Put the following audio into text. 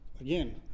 again